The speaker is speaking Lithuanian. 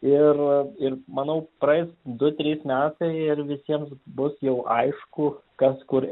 ir ir manau praeis du trys metai ir visiems bus jau aišku kas kur